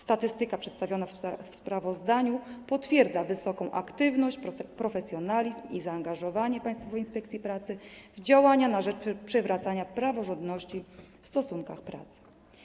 Statystyka przedstawiona w sprawozdaniu potwierdza wysoką aktywność, profesjonalizm i zaangażowanie Państwowej Inspekcji Pracy w działania na rzecz przywracania praworządności w stosunkach pracy.